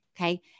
Okay